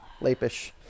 lapish